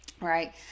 right